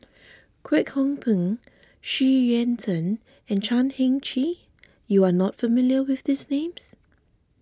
Kwek Hong Png Xu Yuan Zhen and Chan Heng Chee you are not familiar with these names